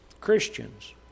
Christians